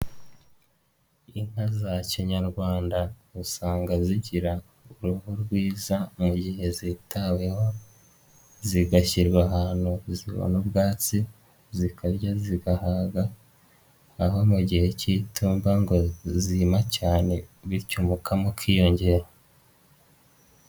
Inka za kinyarwanda usanga zigira uruhu rwiza mu gihe zitaweho zigashyirwa ahantu zibona ubwatsi zikarya zigahaga aho mu gihe k'itumba ngo zima cyane bityo umukamo ukiyongera.